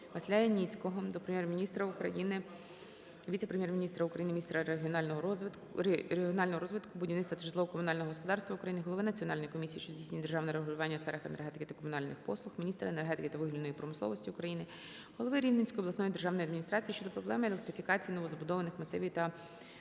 України, віце-прем'єр-міністра України - міністра регіонального розвитку, будівництва та житлово-комунального господарства України, голови Національної комісії, що здійснює державне регулювання у сферах енергетики та комунальних послуг, міністра енергетики та вугільної промисловості України, голови Рівненської обласної державної адміністрації щодо проблеми електрифікації новозбудованих масивів та